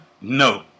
No